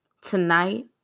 tonight